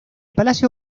palacio